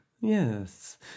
Yes